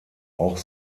auch